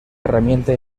herramienta